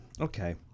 Okay